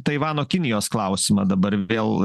taivano kinijos klausimą dabar vėl